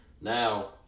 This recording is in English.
Now